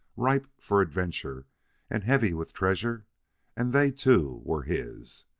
ripe for adventure and heavy with treasure and they, too, were his!